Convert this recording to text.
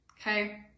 Okay